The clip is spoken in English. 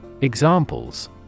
Examples